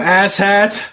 asshat